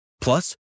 Plus